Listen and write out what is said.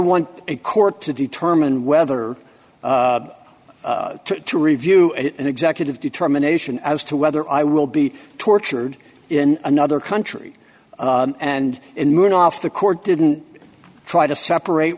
want a court to determine whether to review an executive determination as to whether i will be tortured in another country and in moving off the court didn't try to separate